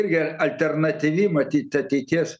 irgi alternatyvi matyt ateities